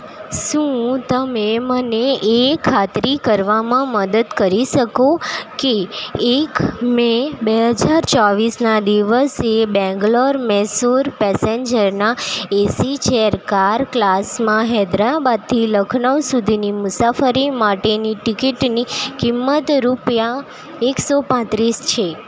શું તમે મને એ ખાતરી કરવામાં મદદ કરી શકો કે એક મે બે હજાર ચોવીસના દિવસે બેંગલોર મૈસૂર પેસેન્જરના એસી ચેર કાર ક્લાસમાં હૈદરાબાદથી લખનૌ સુધીની મુસાફરી માટેની ટિકિટની કિંમત રૂપિયા એકસો પાંત્રીસ છે